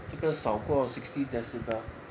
这个少过 sixty decibel